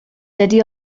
dydy